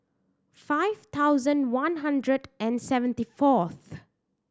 five thousand one hundred and seventy fourth